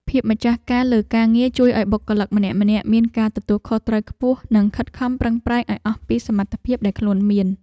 ភាពម្ចាស់ការលើការងារជួយឱ្យបុគ្គលិកម្នាក់ៗមានការទទួលខុសត្រូវខ្ពស់ និងខិតខំប្រឹងប្រែងឱ្យអស់ពីសមត្ថភាពដែលខ្លួនមាន។